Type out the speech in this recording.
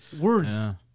words